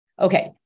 Okay